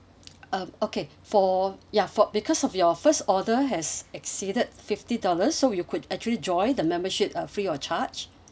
uh okay for ya for because of your first order has exceeded fifty dollars so you could actually join the membership uh free of charge